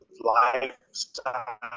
lifestyle